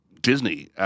Disney